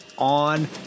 on